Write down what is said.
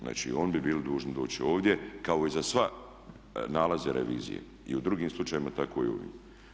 Znači, oni bi bili dužni doći ovdje kao i za sve nalaze revizije i u drugim slučajevima tako i u ovim.